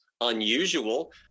unusual